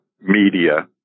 media